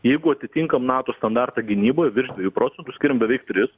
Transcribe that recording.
jeigu atitinkam nato standartą gynyboj virš dviejų procentų skiriam beveik tris